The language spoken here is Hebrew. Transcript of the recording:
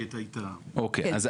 אוקיי.